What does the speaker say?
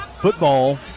football